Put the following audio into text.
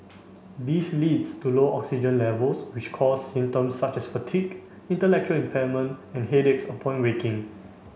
this leads to low oxygen levels which cause symptoms such as fatigue intellectual impairment and headaches upon waking